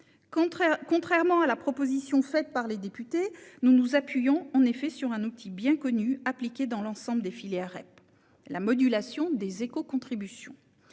Contrairement à la proposition faite par les députés, nous nous appuyons en effet sur un outil bien connu, appliqué dans l'ensemble des filières REP : la modulation des écocontributions.